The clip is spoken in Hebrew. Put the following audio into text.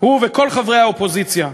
התקבל ברוב חברי הבית, בכל הקריאות,